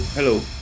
Hello